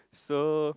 so